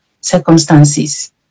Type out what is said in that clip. circumstances